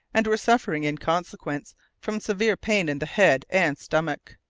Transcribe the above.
and were suffering in consequence from severe pain in the head and stomach.